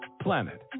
planet